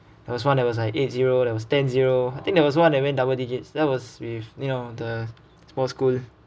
there was one there was eight zero there was ten zero I think there was one that went double digits that was with you know the small school